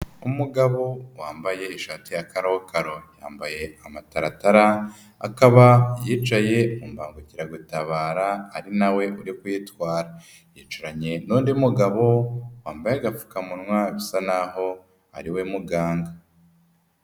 Umugabo wambaye ishati ya karokaro, yambaye amataratara akaba yicaye mu mbangukiragutabara ari nawe uri kuyitwara, yicaranye n'undi mugabo wambaye agapfukamunwa bisa n'aho ariwe muganga.